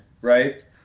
right